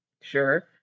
Sure